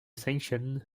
sanctions